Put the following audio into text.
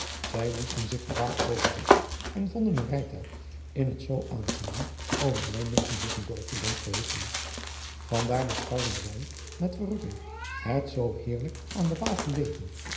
ij lieten zich de aal overzetten en vonden een rijtuig in het zoo aangenaam over ijmegen liggend dorpje ent geheeten an daar beschouwden zij met verrukking het zoo heerlijk aan de aal gelegen